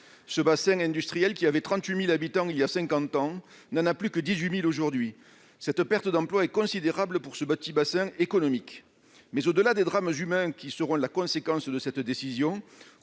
Ce bassin industriel, qui comptait 38 000 habitants il y a cinquante ans, n'en a plus que 18 000 aujourd'hui. Cette perte d'emplois est considérable pour ce petit bassin économique. Au-delà des drames humains qui seront la conséquence de cette décision,